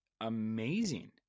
amazing